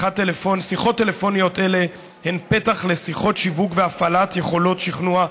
שיחות טלפוניות אלה הן פתח לשיחות שיווק והפעלת יכולות שכנוע,